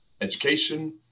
education